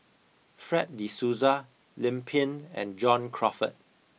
Fred de Souza Lim Pin and John Crawfurd